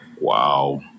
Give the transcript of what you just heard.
Wow